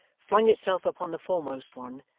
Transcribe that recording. flung itself upon the foremost one,